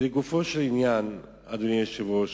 לגופו של עניין, אדוני היושב-ראש,